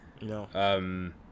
no